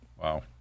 Wow